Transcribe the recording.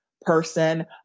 person